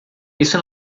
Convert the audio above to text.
isso